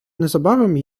незабаром